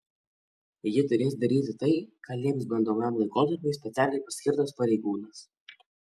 ji turės daryti tai ką lieps bandomajam laikotarpiui specialiai paskirtas pareigūnas